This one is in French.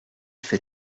fait